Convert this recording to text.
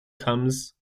comes